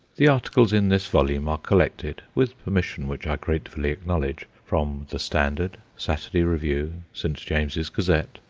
the articles in this volume are collected with permission which i gratefully acknowledge from the standard, saturday review, st. james's gazette,